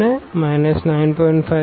50 4 0